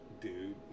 dude